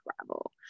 travel